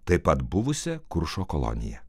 taip pat buvusią kuršo kolonija